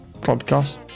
podcast